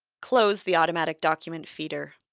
close the automatic document feeder.